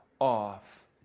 off